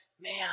Man